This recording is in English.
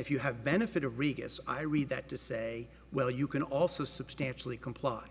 if you have benefit of regus i read that to say well you can also substantially comply